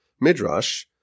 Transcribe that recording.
midrash